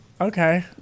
Okay